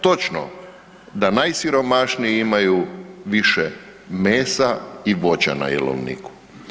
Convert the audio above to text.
Točno da najsiromašniji imaju više mesa i voća na jelovniku.